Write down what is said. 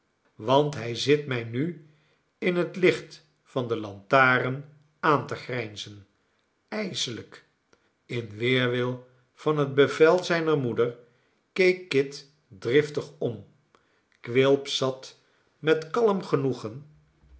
want hij zit mij nu in het licht van de lantaren aan te grijnzen ijselijk in weerwil van het bevel zijner moeder keek kit driftig om quilp zat met kalm genoegen